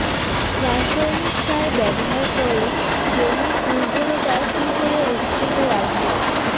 রাসায়নিক সার ব্যবহার করে জমির উর্বরতা কি করে অক্ষুণ্ন রাখবো